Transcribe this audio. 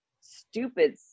stupid